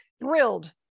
thrilled